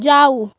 যাও